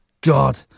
God